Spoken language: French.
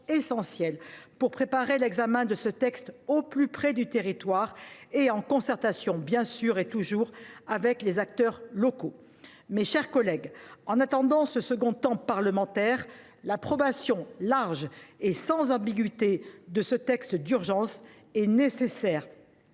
essentiel pour préparer l’examen de ce texte au plus près du territoire, en concertation, bien sûr et toujours, avec les acteurs locaux. Mes chers collègues, en attendant ce second temps parlementaire, l’approbation large et sans ambiguïté de ce projet de loi d’urgence est nécessaire